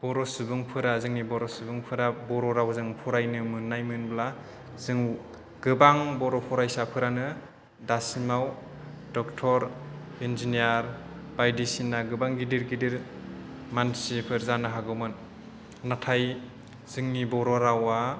बर' सुबुंफोरा जोंनि बर' सुबुंफोरा बर' रावजों फरायनो मोननायमोनब्ला जों गोबां बर' फरायसाफ्रानो दासिमाव डक्ट'र इन्जिनियार बायदिसिना गोबां गिदिर गिदिर मानसिफोर जानो हागौमोन नाथाय जोंनि बर' रावा